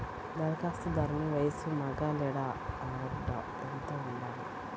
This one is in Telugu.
ధరఖాస్తుదారుని వయస్సు మగ లేదా ఆడ ఎంత ఉండాలి?